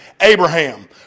Abraham